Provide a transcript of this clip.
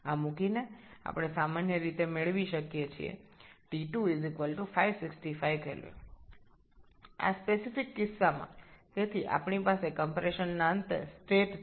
সুতরাং আমাদের কাছে সংকোচনের শেষের দিকের অবস্থাটি দেওয়া আছে